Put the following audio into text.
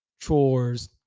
chores